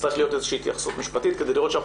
תצטרך להיות התייחסות משפטית כדי לראות שאנחנו